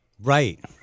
Right